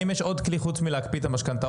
האם יש עוד כלי חוץ מלהקפיא את המשכנתאות?